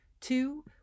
Two